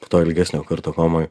po to ilgesnio karto komoj